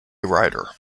writer